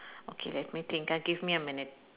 okay let me think ah give me a minute